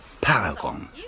paragon